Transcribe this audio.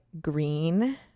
green